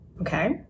okay